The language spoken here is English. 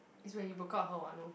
is when you broke up with her [what] no